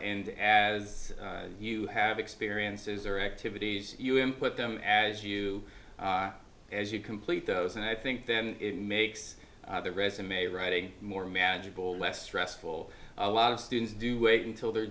and as you have experiences or activities you input them as you as you complete those and i think then it makes the resume writing more manageable less stressful a lot of students do wait until the